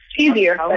easier